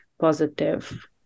positive